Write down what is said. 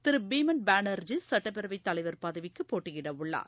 திரு பீமன் பேனர்ஜி சுட்டப்பேரவை தலைவர் பதவிக்கு போட்டியிடவுள்ளார்